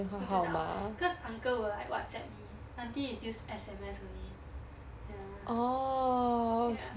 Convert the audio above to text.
不知道 cause uncle will like whatsapp me aunty is use S_M_S only ya ya